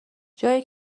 جایی